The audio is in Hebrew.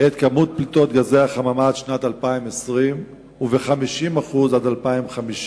את פליטת גזי החממה עד שנת 2020 וב-50% עד 2050,